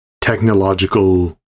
technological